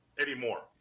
anymore